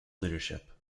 leadership